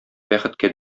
бәхеткә